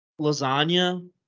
lasagna